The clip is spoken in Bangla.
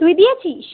তুই দিয়েছিস